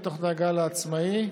ותוך דאגה לעצמאי,